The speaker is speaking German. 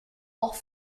auch